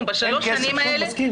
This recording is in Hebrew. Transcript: בשלוש השנים האלה,